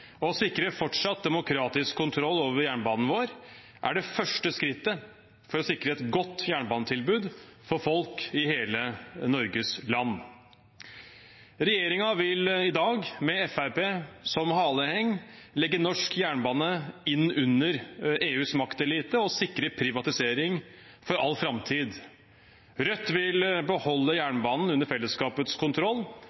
Å sikre fortsatt demokratisk kontroll over jernbanen vår er det første skrittet for å sikre et godt jernbanetilbud for folk i hele Norges land. Regjeringen vil i dag, med Fremskrittspartiet som haleheng, legge norsk jernbane inn under EUs maktelite og sikre privatisering for all framtid. Rødt vil beholde